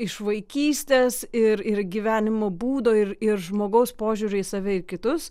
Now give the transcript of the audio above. iš vaikystės ir ir gyvenimo būdo ir ir žmogaus požiūrio į save į kitus